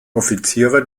offiziere